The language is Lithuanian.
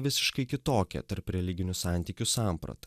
visiškai kitokią tarp religinių santykių sampratą